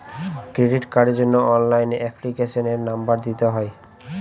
credit কার্ডের জন্য অনলাইনে এপ্লিকেশনের নম্বর দিতে হয়